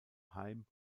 heim